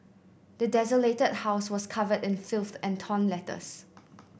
the desolated house was covered in filth and torn letters